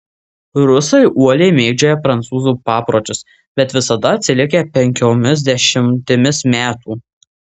rusai uoliai mėgdžioja prancūzų papročius bet visada atsilikę penkiomis dešimtimis metų